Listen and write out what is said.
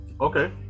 Okay